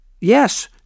yes